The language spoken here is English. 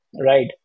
Right